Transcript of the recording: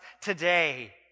today